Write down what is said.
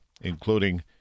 including